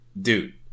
dude